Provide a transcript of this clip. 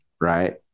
right